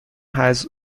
has